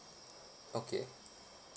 okay